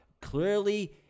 clearly